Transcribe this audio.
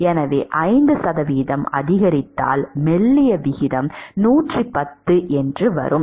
எனவே 5 சதவிகிதம் அதிகரித்தால் மெல்லிய விகிதம் 110 வருகிறது